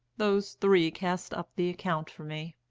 those three cast up the account for me.